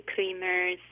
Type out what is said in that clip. creamers